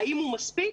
האם הוא מספיק?